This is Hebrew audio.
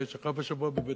שכב השבוע בבית-חולים,